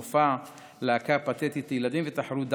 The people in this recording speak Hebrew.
מופע להקה פתאפית לילדים ותחרות דבקה,